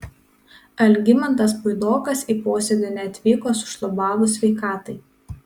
algimantas puidokas į posėdį neatvyko sušlubavus sveikatai